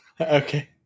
okay